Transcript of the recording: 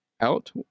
out